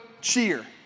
cheer